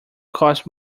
costs